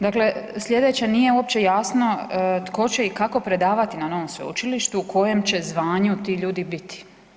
Dakle, slijedeće nije uopće jasno tko će i kako predavati na novom sveučilištu, u kojem će zvanju ti ljudi biti?